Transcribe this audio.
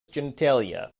genitalia